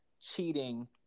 cheating